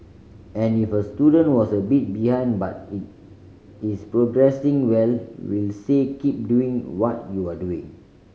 and if a student was a bit behind but it is progressing well we'll say keep doing what you're doing